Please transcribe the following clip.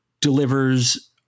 delivers